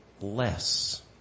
less